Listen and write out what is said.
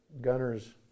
Gunner's